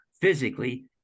physically